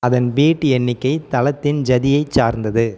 அதன் பீட் எண்ணிக்கை தாளத்தின் ஜதியைச் சார்ந்தது